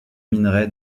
minerai